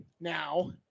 now